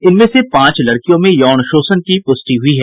इनमें से पांच लड़कियों में यौन शोषण की पुष्टि हुयी है